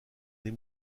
les